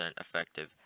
effective